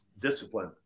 discipline